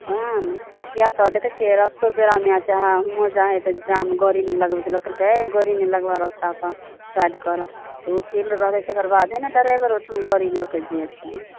उहए ने किए तऽ देखै छियै रस्तो पेरा मे चाहे हुवों जाय है तऽ जाम गड़ी नहि लगबे देलक कहलक अइ गड़ी नहि लगबऽ रस्ता पर साइड करऽ तऽ ओ फील्ड रहतै तकर बादे ने डराइवर ओहिठाम गड़ी लऽ कऽ जेतै